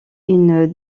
une